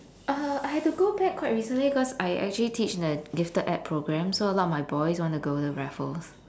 uh I had to go back quite recently cause I actually teach in a gifted ed program so a lot of my boys want to go to raffles